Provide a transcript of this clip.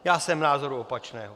Já jsem názoru opačného.